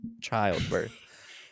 childbirth